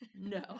no